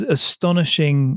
astonishing